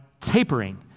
tapering